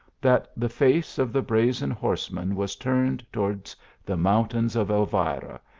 that the face of the brazen horseman was turned towards the mountains. of elvira,